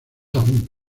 aún